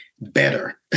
better